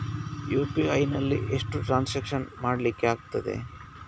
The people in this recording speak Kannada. ಯು.ಪಿ.ಐ ನಲ್ಲಿ ಎಷ್ಟು ಟ್ರಾನ್ಸಾಕ್ಷನ್ ಮಾಡ್ಲಿಕ್ಕೆ ಆಗ್ತದೆ?